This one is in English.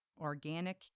organic